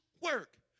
work